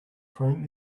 cream